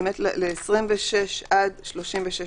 באמת מ-26 עד 36,